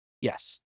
Yes